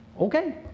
Okay